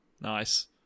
nice